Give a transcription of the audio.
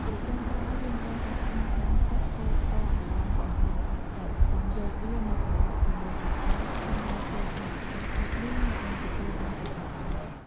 ជាចុងក្រោយយេីងត្រូវដាក់ឆ្នាំងដាំទឹកកូរស្ករឱ្យឡើងក្រហមខាប់សិន ចាំយកវាមកប្រឡាក់ជាមួយឆៃប៉ូវហើយញាត់ចូលក្នុងកែវទុក នោះអ្នកនឹងទទួលបានឆៃប៉ូវផ្អែម។